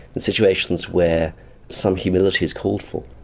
in situations where some humility is called for.